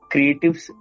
Creatives